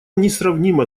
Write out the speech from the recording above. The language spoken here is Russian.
несравнима